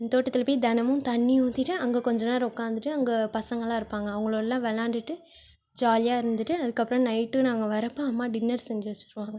எங்கள் தோட்டத்தில் போய் தினமும் தண்ணி ஊற்றிட்டு அங்கே கொஞ்சம் நேரம் உக்கார்ந்துட்டு அங்கே பசங்களெலாம் இருப்பாங்க அவங்களோடெலாம் விளாண்டுகிட்டு ஜாலியாக இருந்துட்டு அதுக்கப்புறம் நைட்டு நாங்கள் வரப்போ அம்மா டின்னர் செஞ்சு வச்சிர்பாங்க